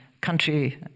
country